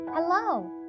Hello